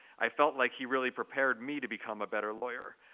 i felt like he really prepared me to become a better lawyer.